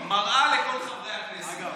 מראה לכל חברי הכנסת.